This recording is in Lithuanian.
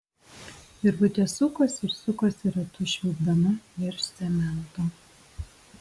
virvutė sukosi ir sukosi ratu švilpdama virš cemento